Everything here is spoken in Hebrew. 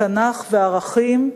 התנ"ך והערכים.